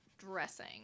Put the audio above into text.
dressing